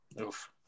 Oof